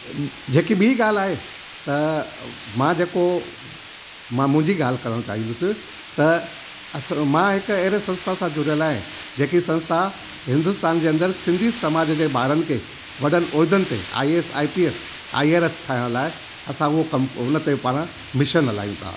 जेकी बि ॻाल्हि आहे त मां जेको मां मुंहिंजी ॻाल्हि करण चाईंदुसि त अस मां हिक अहिड़े संस्था सां जुड़ियल आहियां जेकी संस्था हिंदुस्तान जे अंदरि सिंधी समाज जे ॿारनि खे वॾनि ओहदनि ते आईएस आईपीएस आईरस थियण लाइ असां उहो कम हुनते पाण मिशन हलायूं था